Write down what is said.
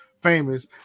famous